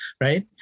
right